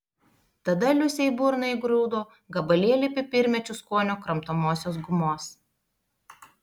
tada liusei į burną įgrūdo gabalėlį pipirmėčių skonio kramtomosios gumos